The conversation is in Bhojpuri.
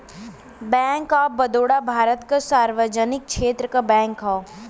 बैंक ऑफ बड़ौदा भारत क सार्वजनिक क्षेत्र क बैंक हौ